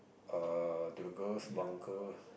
err to the girls bunker